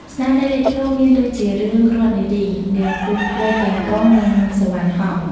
ស្នាដៃលេចធ្លោមានដូចជារឿង រតន៍នារី នាងពស់វែកកេងកង និង សុវណ្ណហង្ស។